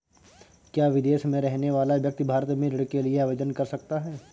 क्या विदेश में रहने वाला व्यक्ति भारत में ऋण के लिए आवेदन कर सकता है?